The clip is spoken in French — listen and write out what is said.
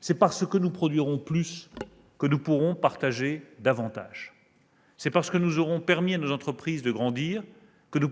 c'est parce que nous produirons plus que nous pourrons partager davantage, et c'est parce que nous aurons permis à nos entreprises de grandir que les